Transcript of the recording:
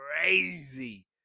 crazy